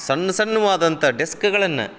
ಸಣ್ಣ ಸಣ್ಣವಾದಂಥ ಡೆಸ್ಕ್ಗಳನ್ನ